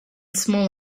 small